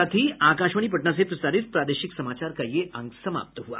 इसके साथ ही आकाशवाणी पटना से प्रसारित प्रादेशिक समाचार का ये अंक समाप्त हुआ